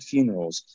Funerals